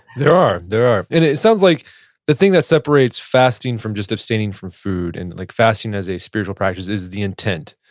there are, there are. and it sounds like the thing that separates fasting from just abstaining from food and like fasting as a spiritual practice is the intent.